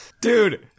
dude